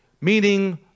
meaning